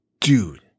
dude